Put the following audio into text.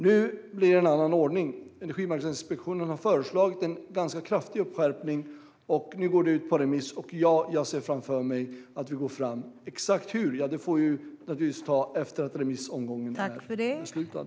Nu blir det en annan ordning. Energimarknadsinspektionen har föreslagit en ganska kraftig skärpning. Nu går förslagen ut på remiss. Jag ser framför mig att vi går fram. Exakt hur får vi naturligtvis avgöra efter att remissomgången är avslutad.